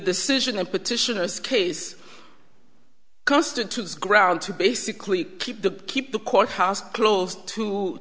decision of petitioners case constitutes ground to basically keep to keep the courthouse close to